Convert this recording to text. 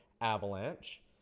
Avalanche